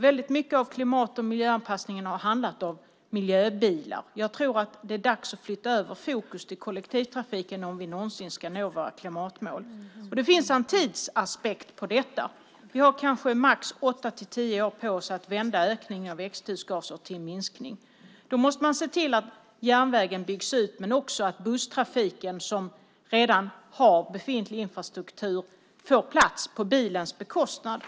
Väldigt mycket av klimat och miljöanpassningen har handlat om miljöbilar. Jag tror att det är dags att flytta över fokus till kollektivtrafiken om vi någonsin ska nå våra klimatmål. Det finns en tidsaspekt på detta. Vi har kanske max åtta till tio år på oss att vända ökningen av växthusgaser till en minskning. Då måste man se till att järnvägen byggs ut men också att busstrafiken, som redan har befintlig infrastruktur, får plats på bilens bekostnad.